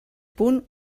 punt